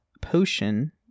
potion